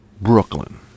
Brooklyn